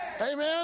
Amen